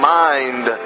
mind